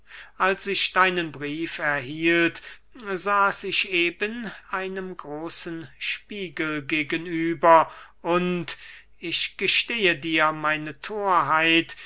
als ich deinen brief erhielt saß ich eben einem großen spiegel gegenüber und ich gestehe dir meine